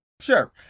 Sure